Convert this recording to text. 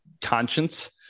conscience